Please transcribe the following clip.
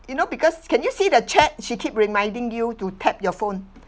you know because can you see the chat she keep reminding you to tap your phone